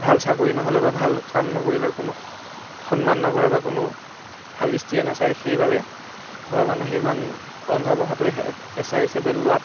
ভাল চাকৰি নহ'লে বা ভাল কাম নকৰিলে কোনোৱে সন্মান নকৰে বা কোনোৱে ভাল দৃষ্টিৰে নাচায় সেইবাবে ঘৰৰ মানুহে ইমান ৰন্ধা বঢ়াটো পেচা হিচাপে লোৱাত